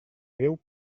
déu